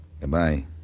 Goodbye